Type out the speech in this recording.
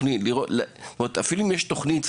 אפילו אם כבר יש תוכנית,